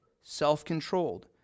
self-controlled